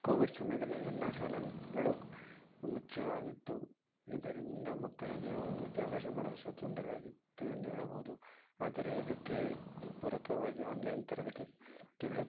Covid ಸಮಯದಲ್ಲಿ ಎಲ್ಲ ಶಾಲೆಗಳು ಮುಚ್ಚಲಾಗಿತ್ತು ಇದರಿಂದ ಮಕ್ಕಳಿಗೆ ವಿದ್ಯಾಭ್ಯಾಸ ಮಾಡಲು ಸಹಾ ತೊಂದರೆ ಆಗಿತ್ತು ಎಂದು ಹೇಳಬಹುದು ಆದರೆ ಇದಕ್ಕೆ ಪೂರಕವಾಗಿ ಆನ್ಲೈನ್ ತರಗತಿ ತಿಗಳು